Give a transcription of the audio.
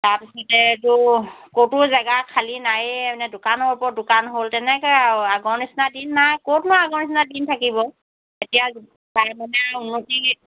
তাৰপিছতে এইটো ক'তো জাগা খালি নায়ে মানে দোকানৰ ওপৰত দোকান হ'ল তেনেকৈ আৰু আগৰ নিচিনা দিন নাই ক'তনো আগৰ নিচিনা দিন থাকিব এতিয়া পাৰে মানে আৰু উন্নতি